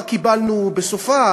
מה קיבלנו בסופה?